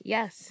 Yes